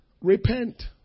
repent